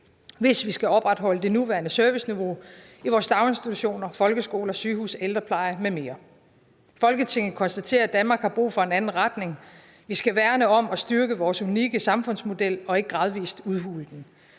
hvis vi skal opretholde det nuværende serviceniveau i vores daginstitutioner, folkeskoler, sygehuse, ældrepleje m.m. Folketinget konstaterer, at Danmark har brug for en anden retning. Vi skal værne om og styrke vores unikke samfundsmodel og ikke gradvis udhule den.